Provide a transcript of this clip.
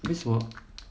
this hor